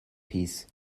piece